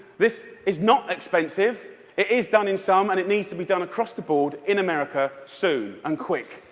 this is not expensive. it is done in some, and it needs to be done across the board in america soon, and quick.